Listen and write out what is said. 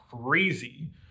crazy